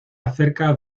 acerca